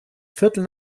viertel